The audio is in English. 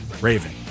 Raven